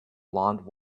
blond